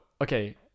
Okay